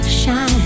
shine